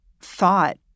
thought